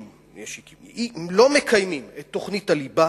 שלא מקיימים את תוכנית הליבה